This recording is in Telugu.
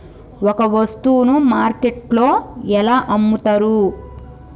ఒక వస్తువును మార్కెట్లో ఎలా అమ్ముతరు?